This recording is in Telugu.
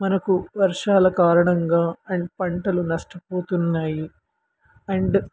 మనకు వర్షాల కారణంగా అండ్ పంటలు నష్టపోతున్నాయి అండ్